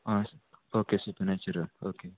आं okay sir natural okay